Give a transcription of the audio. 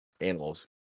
animals